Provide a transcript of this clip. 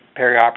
perioperative